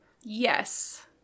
Yes